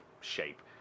shape